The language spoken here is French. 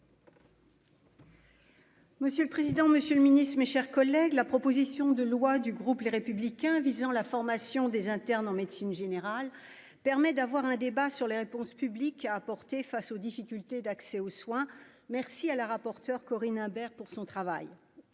Monsieur le président, Monsieur le Ministre, mes chers collègues, la proposition de loi du groupe, les républicains visant la formation des internes en médecine générale permet d'avoir un débat sur les réponses publiques à apporter face aux difficultés d'accès aux soins, merci à la rapporteure Corinne Imbert pour son travail,